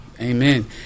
Amen